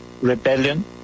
rebellion